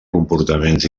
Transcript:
comportaments